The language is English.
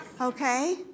okay